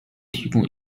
提供